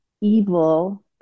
evil